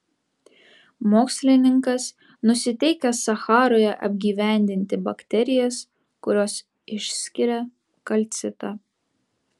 mokslininkas nusiteikęs sacharoje apgyvendinti bakterijas kurios išskiria kalcitą